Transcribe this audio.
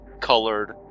colored